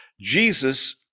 Jesus